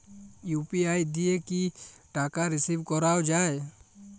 UPI দিয়ে কি টাকা রিসিভ করাও য়ায়?